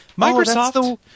microsoft